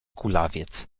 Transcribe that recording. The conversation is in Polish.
kulawiec